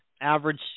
average